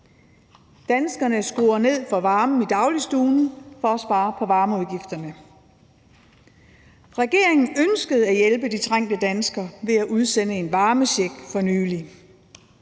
Danskerne skruer ned for varmen i dagligstuen for at spare på varmeudgifterne. Regeringen ønskede at hjælpe de trængte danskere ved at udsende en varmecheck for nylig.